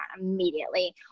immediately